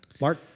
Mark